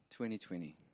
2020